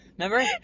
Remember